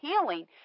healing